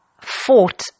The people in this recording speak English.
fought